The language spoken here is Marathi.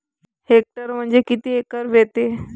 हेक्टर म्हणजे किती एकर व्हते?